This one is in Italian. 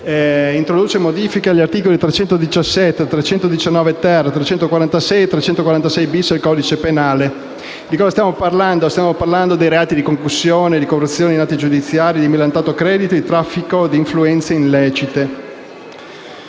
introduce modifiche agli articoli 317, 319-*ter*, 319-*quater*, 346 e 346-*bis* del codice penale. Stiamo parlando dei reati di concussione, di corruzione in atti giudiziari, di millantato credito e di traffico di influenze illecite.